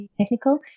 technical